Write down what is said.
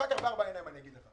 אחר כך בארבע עיניים אני אגיד לך.